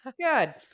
Good